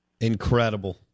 Incredible